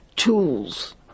tools